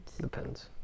Depends